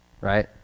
right